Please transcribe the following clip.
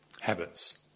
habits